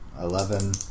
Eleven